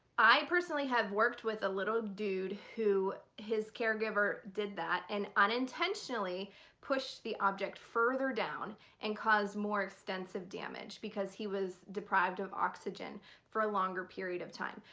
i personally have worked with a little dude who his caregiver did that and unintentional pushed the object further down and caused more extensive damage because he was deprived of oxygen for a longer period of time.